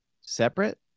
separate